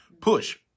push